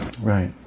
Right